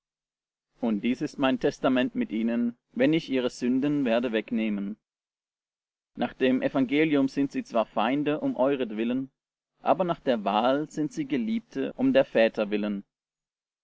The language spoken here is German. und dies ist mein testament mit ihnen wenn ich ihre sünden werde wegnehmen nach dem evangelium sind sie zwar feinde um euretwillen aber nach der wahl sind sie geliebte um der väter willen